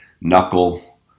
knuckle